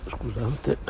Scusate